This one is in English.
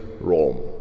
Rome